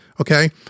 okay